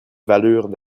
valurent